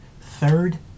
third